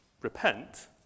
Repent